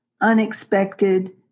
unexpected